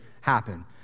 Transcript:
happen